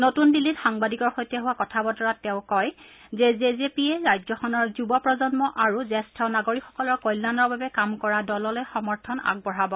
নতুন দিল্লীত সাংবাদিকৰ সৈতে হোৱা কথা বতৰাত তেওঁ কয় যে জে জে পিয়ে ৰাজ্যখনৰ যুৱ প্ৰজন্ম আৰু জ্যেষ্ঠ নাগৰিকসকলৰ কল্যাণৰ বাবে কাম কৰা দললৈ সমৰ্থন আগবঢ়াব